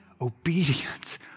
obedience